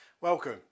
Welcome